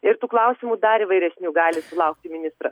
ir tų klausimų dar įvairesnių gali sulaukti ministras